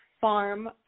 farm